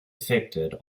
affected